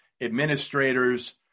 administrators